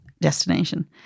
destination